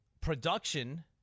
production